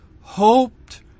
hoped